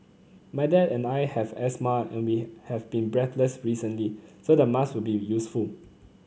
my dad and I have asthma and we have been breathless recently so the mask will be useful